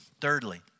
Thirdly